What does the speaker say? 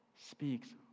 speaks